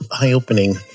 eye-opening